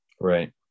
Right